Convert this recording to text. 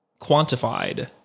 quantified